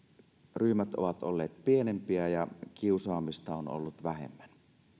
ryhmät ovat olleet pienempiä ja kiusaamista on ollut vähemmän